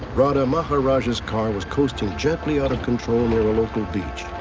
radha maharaja's car was coasting gently out of control and and a local beach.